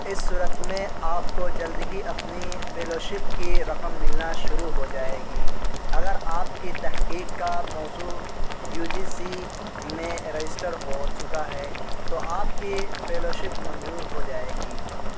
اس صورت میں آپ کو جلد ہی اپنی فیلو شپ کی رقم ملنا شروع ہو جائے گی اگر آپ کی تحقیق کا موضوع یو جی سی میں رجسٹر ہو چکا ہے تو آپ کی فیلو شپ منظور ہو جائے گی